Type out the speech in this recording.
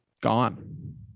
gone